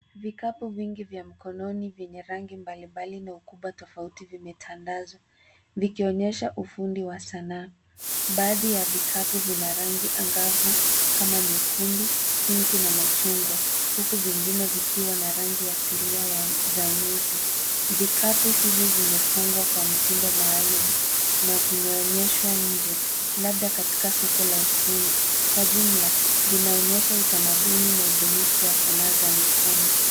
Vikapu vingi vya mkononi venye rangi mbalimbali na ukubwa tofauti vimetandazwa vikionyesha ufundi wa sanaa. Baadhi ya vikapu vina rangi angavu kama nyekundu, pinki na machungwa. Huku vingine vikiwa na rangi ya asilia za nyuzi. Vikapu hivi vimefungwa kwa mtindo maalum na vimeonyeshwa nje labda katika soko la ufundi. Kwa jumla vinaonyesha utamaduni na ubunifu wa sanaa za mkono.